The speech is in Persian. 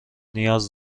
نیاز